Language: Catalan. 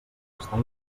estar